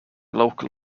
local